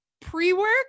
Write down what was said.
pre-work